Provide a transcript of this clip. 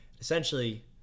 essentially